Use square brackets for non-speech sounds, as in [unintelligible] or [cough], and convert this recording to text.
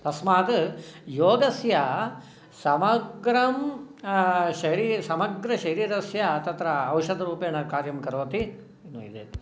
तस्मात् योगस्य समग्रं शरी समग्रशरीरस्य तत्र औषधरूपेण कार्यं करोति [unintelligible]